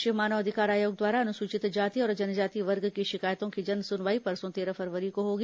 राष्ट्रीय मानव अधिकार आयोग द्वारा अनुसूचित जाति और जनजाति वर्ग की शिकायतों की जन सुनवाई परसों तेरह फरवरी को होगी